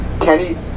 Kenny